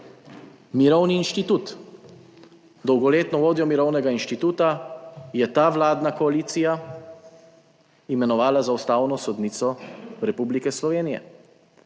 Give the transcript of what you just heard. Mirovni inštitut. Dolgoletno vodjo Mirovnega inštituta je ta vladna koalicija imenovala za ustavno sodnico Republike Slovenije.